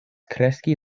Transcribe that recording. kreski